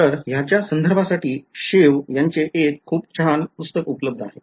तर ह्याच्या संदर्भासाठी Chew यांचे एक खूप छान पुस्तक उपलब्ध आहे